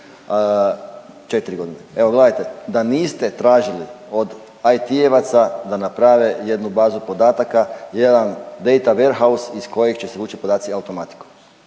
4 godine, evo gledajte da niste tražili od IT-evaca da naprave jednu bazu podataka jedan data ware house iz kojeg će se vući podaci automatsko.